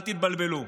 אל תתבלבלו.